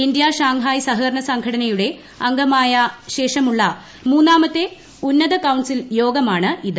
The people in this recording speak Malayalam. ഇന്ത്യ ഷാങ്ങ്ഹായി സഹകരണ സംഘടയുടെ അംഗമായ ശേഷമുള്ള മൂന്നാമത്തെ ഉന്നത കൌൺസിൽ യോഗമാണ് ഇത്